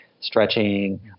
stretching